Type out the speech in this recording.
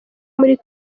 muri